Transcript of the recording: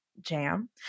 jam